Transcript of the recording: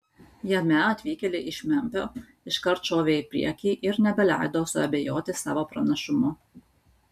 jame atvykėliai iš memfio iškart šovė į priekį ir nebeleido suabejoti savo pranašumu